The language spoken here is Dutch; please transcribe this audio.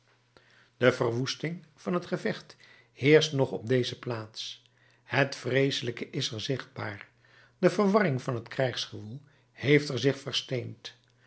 de verwoesting van het gevecht heerscht nog op deze plaats het vreeselijke is er zichtbaar de verwarring van het krijgsgewoel heeft er zich